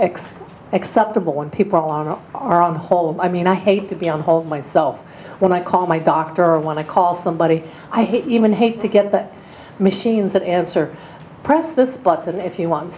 x acceptable when people are are on the whole i mean i hate to be on hold myself when i call my doctor or when i call somebody i even hate to get the machines that answer press this button if you want